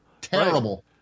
Terrible